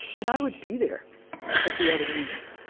and i would be there at the other end.